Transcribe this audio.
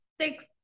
six